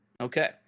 Okay